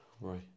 Right